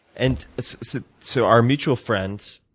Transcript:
and so so our mutual friend